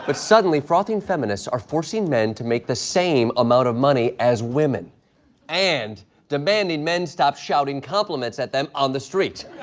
ah suddenly, frothing feminists are forcing men to make the same amount of money as women and demanding men stop shouting compliments at them on the street.